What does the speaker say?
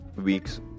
weeks